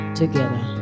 together